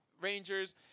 Rangers